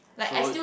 so